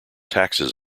taxes